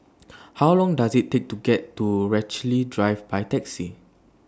How Long Does IT Take to get to Rochalie Drive By Taxi